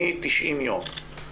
מ-90 ימים אנחנו